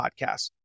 podcast